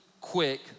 quick